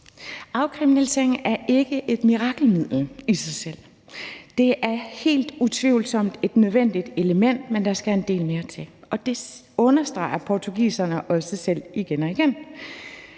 Afkriminalisering er ikke et mirakelmiddel i sig selv. Det er helt utvivlsomt et nødvendigt element, men der skal en del mere til, og det understreger portugiserne også selv igen og igen.